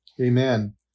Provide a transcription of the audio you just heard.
Amen